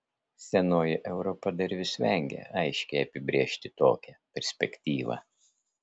senoji europa dar vis vengia aiškiai apibrėžti tokią perspektyvą